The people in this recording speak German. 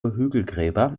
hügelgräber